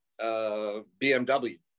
bmw